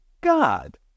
God